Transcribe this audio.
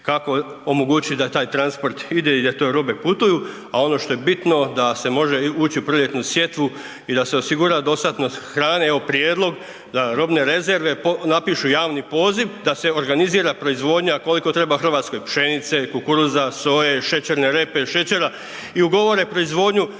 kako omogućiti da taj transport ide i da te robe putuju, a ono što je bitno da se može ući u proljetnu sjetvu i da se osigura dostatnost hrane, evo prijedlog da robne rezerve napišu javni poziv da se organizira proizvodnja koliko treba Hrvatskoj pšenice, kukuruza, soje, šećerne repe, šećera i ugovore proizvodnju